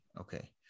okay